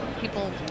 people